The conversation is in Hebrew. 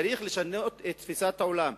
צריך לשנות את תפיסת העולם.